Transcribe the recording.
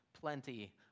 plenty